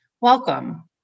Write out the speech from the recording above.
Welcome